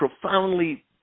profoundly